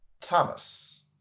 Thomas